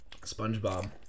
spongebob